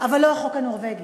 אבל לא החוק הנורבגי.